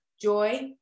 joy